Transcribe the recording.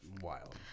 wild